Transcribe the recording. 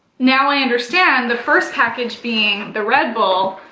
now i understand the first package being the red bull,